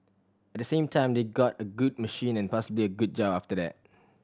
at the same time they got a good machine and possibly a good job after that